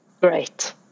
Great